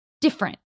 different